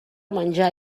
menjar